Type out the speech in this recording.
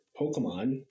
Pokemon